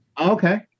Okay